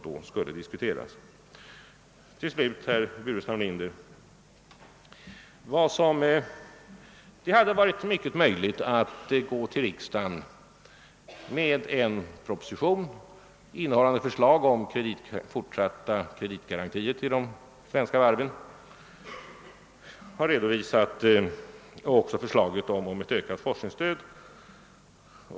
Till slut, herr Burenstam Linder, vill jag säga att det hade varit fullt möjligt att för riksdagen framlägga en proposition innehållande förslag om fortsatta kreditgarantier till de svenska varven och ett ökat forskningsstöd.